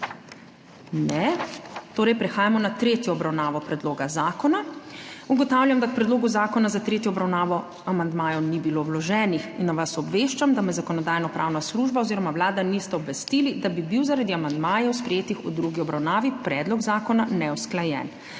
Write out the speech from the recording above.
Ne. Prehajamo na tretjo obravnavo predloga zakona. Ugotavljam, da k predlogu zakona za tretjo obravnavo amandmajev ni bilo vloženih, in vas obveščam, da me Zakonodajno-pravna služba oziroma Vlada nista obvestili, da bi bil zaradi amandmajev, sprejetih v drugi obravnavi, predlog zakona neusklajen.